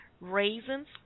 raisins